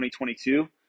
2022